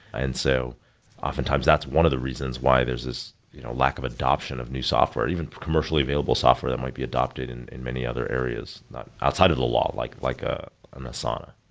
and so often times that's one of the reasons why there's this you know lack of adoption of new software, even for commercially available software that might be adopted in in many other areas outside of the law, like like ah in asana.